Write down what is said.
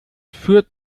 führt